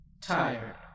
tired